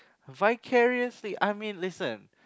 vicariously I mean listen